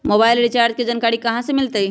Mobile recharge के जानकारी कहा से मिलतै?